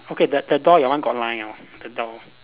okay that the door your one got line ah the door